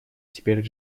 теперь